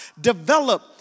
develop